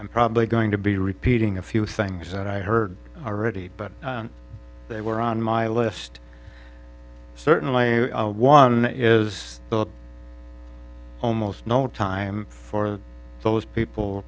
i'm probably going to be repeating a few things that i heard already but they were on my list certainly one is almost no time for those people